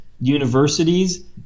universities